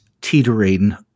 teetering